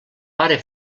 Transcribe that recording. pare